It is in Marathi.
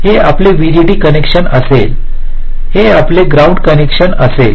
हे आपले व्हीडीडी कनेक्शन असेल हे आपले ग्राउंड कनेक्शन असेल